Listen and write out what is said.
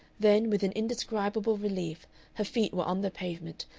then with an indescribable relief her feet were on the pavement,